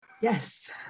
Yes